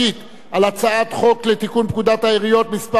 חוק לתיקון פקודת העיריות (מס' 129),